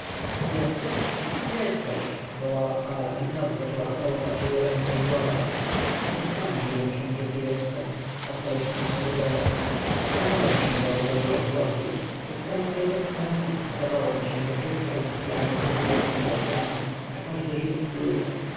jesteś jesteś wołała sara i znowu zaczęła całować jego ręce i głowę ja sam dziwię się że tu jestem odparł smutnie gedeon skradałem się do ogrodu jak złodziej przez całą drogę z memfis zdawało mi się że wszyscy egipcjanie pokazują mnie palcami a każdy żyd pluje